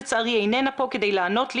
לצערי אפרת לא כאן כדי לענות לי.